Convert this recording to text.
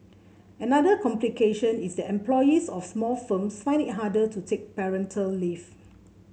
another complication is that employees of small firms find it harder to take parental leave